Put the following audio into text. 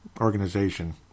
organization